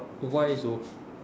oh why so